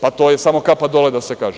Pa to je samo kapa dole da se kaže.